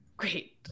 great